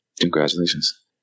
Congratulations